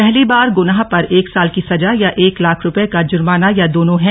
पहली बार गुनाह पर एक साल की सजा या एक लाख रूपये का जुर्माना या दोनों है